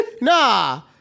nah